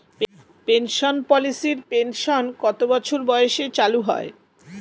Pension পলিসির pension কত বছর বয়সে চালু হয়?